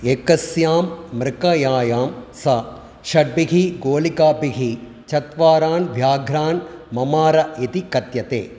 एकस्यां मृगयायां सा षड्भिः गोलिकाभिः चत्वारान् व्याघ्रान् ममार इति कथ्यते